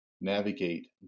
navigate